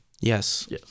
Yes